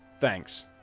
Thanks